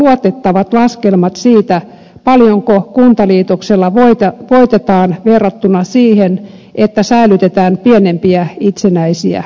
esittäkää luotettavat laskelmat siitä paljonko kuntaliitoksella voitetaan verrattuna siihen että säilytetään pienempiä itsenäisiä kuntia